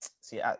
see